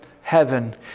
heaven